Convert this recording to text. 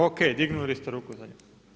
Ok, dignuli ste ruku za nju.